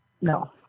No